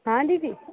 हा दीदी